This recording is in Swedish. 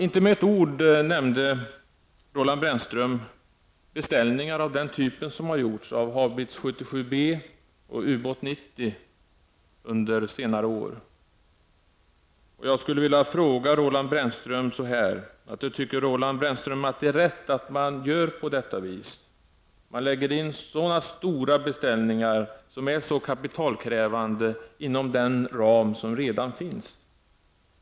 Inte med ett ord nämnde Roland Brännström den typ av beställningar som har gjorts av Haubits 77 B och Ubåt 90 under senare år. Jag vill fråga: Tycker Roland Brännström att det är rätt att man gör på detta sätt, att man gör så stora beställningar, som är så kapitalkrävande, inom den ram som redan finns?